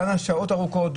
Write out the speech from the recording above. דנה שעות ארוכות,